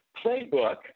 playbook